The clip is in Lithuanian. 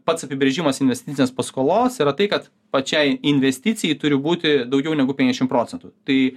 pats apibrėžimas investicinės paskolos yra tai kad pačiai investicijai turi būti daugiau negu penkiasdešim procentų tai